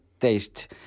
taste